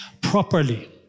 properly